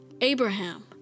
Abraham